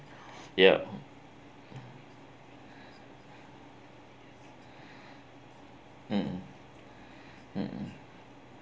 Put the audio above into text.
ya mmhmm mmhmm